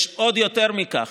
עוד יותר מכך,